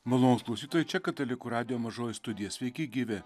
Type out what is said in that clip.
malonūs klausytojai čia katalikų radijo mažoji studija sveiki gyvi